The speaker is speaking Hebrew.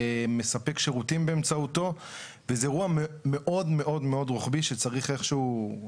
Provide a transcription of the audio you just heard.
מספק שירותים באמצעותו וזה אירוע מאוד מאוד רוחבי שצריך איכשהו,